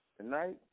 tonight